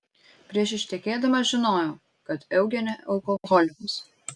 prieš ištekėdama žinojau kad eugene alkoholikas